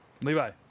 Levi